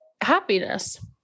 happiness